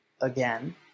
again